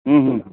हूँ हूँ हूँ